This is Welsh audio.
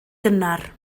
gynnar